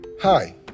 Hi